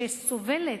שסובלת,